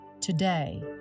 Today